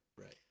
Right